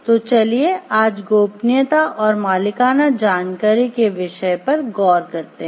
तो चलिए आज गोपनीयता और मालिकाना जानकारी के विषय पर गौर करते हैं